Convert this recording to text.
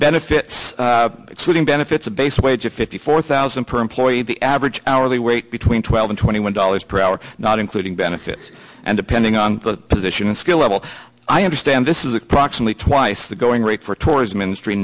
benefits excluding benefits a basic wage of fifty four thousand per employee the average hourly rate between twelve and twenty one dollars per hour not including benefits and depending on the position and skill level i understand this is approximately twice the going rate for tourism industry